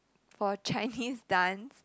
for Chinese dance